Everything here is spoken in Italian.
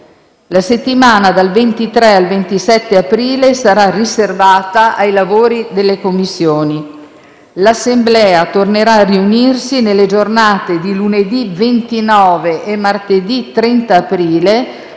La settimana dal 23 al 26 aprile sarà riservata ai lavori delle Commissioni. L'Assemblea tornerà a riunirsi nelle giornate dì lunedì 29 e martedì 30 aprile